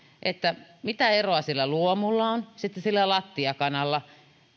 mitä eroa sillä luomulla on ja sitten sillä lattiakanalla